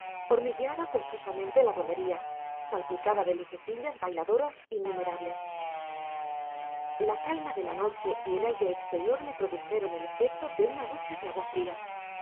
hormigueaba confusamente la romería salpicada de lucecillas bailadoras innumerables la calma de la noche y el aire exterior me produjeron el efecto de una ducha de agua fría